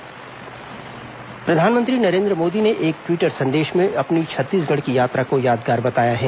प्रधानमंत्री ट्वीट प्रधानमंत्री नरेन्द्र मोदी ने एक ट्विटर संदेश में अपनी छत्तीसगढ़ की यात्रा को यादगार बताया है